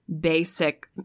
basic